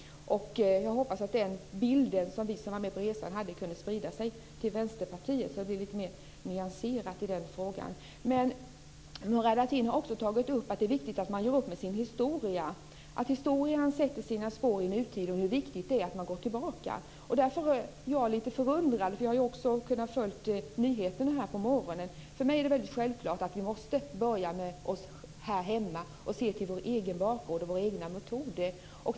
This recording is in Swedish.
Jag hade hoppats att den bild som vi som var med på resan fick kunde spridas till Vänsterpartiet, så att det hade blivit en mer nyanserad bild av frågan. Murad Artin tog upp att det är viktigt att man gör upp med sin historia, att historien sätter sina spår i nutid och hur viktigt det är att man går tillbaka till den. Jag blev lite förundrad, för jag har också kunnat följa nyheterna på morgonen. För mig är det självklart att vi måste börja med oss här hemma och se till vår egen bakgrund och våra egna metoder.